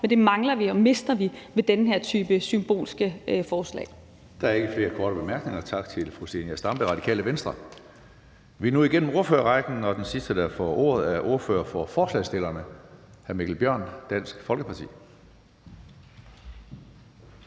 men det mangler vi og mister vi med den her type symbolske forslag. Kl. 12:30 Tredje næstformand (Karsten Hønge): Der er ikke flere korte bemærkninger. Tak til fru Zenia Stampe, Radikale Venstre. Vi er nu igennem ordførerrækken, og den sidste, der får ordet, er ordføreren for forslagsstillerne, hr. Mikkel Bjørn, Dansk Folkeparti.